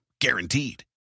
Guaranteed